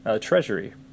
Treasury